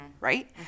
right